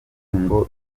ngo